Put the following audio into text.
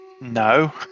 No